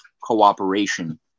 cooperation